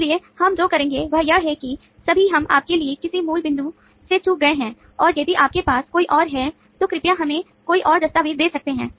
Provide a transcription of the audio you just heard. इसलिए हम जो करेंगे वह यह है कि यदि हम आपके किसी मूल बिंदु से चूक गए हैं और यदि आपके पास कोई और है तो कृपया हमें कोई और दस्तावेज दे सकते हैं